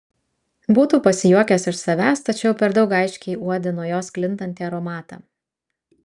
būtų pasijuokęs iš savęs tačiau per daug aiškiai uodė nuo jos sklindantį aromatą